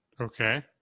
Okay